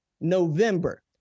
November